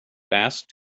asked